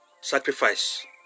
sacrifice